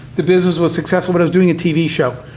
the business was successful, but i was doing a tv show,